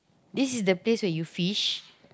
this is the pace where you fish